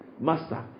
Master